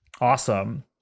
Awesome